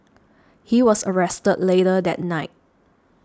he was arrested later that night